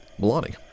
Milani